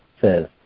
says